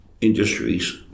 Industries